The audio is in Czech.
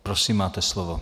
Prosím, máte slovo.